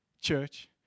church